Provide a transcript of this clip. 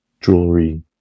jewelry